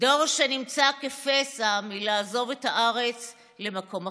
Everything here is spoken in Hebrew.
דור שנמצא כפסע מלעזוב את הארץ למקום אחר.